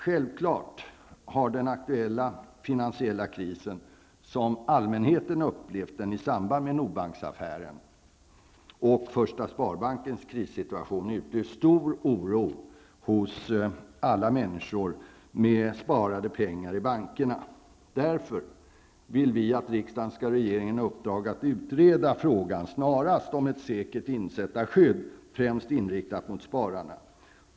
Självfallet har den aktuella finansiella krisen, som allmänheten upplevt den i samband med Nordbanksaffären och Första Sparbankens krissituation, utlöst stor oro hos alla människor med sparade pengar i bankerna. Därför vill vi att riksdagen skall ge regeringen i uppdrag att snarast utreda frågan om ett säkert insättarskydd, främst inriktat mot spararna.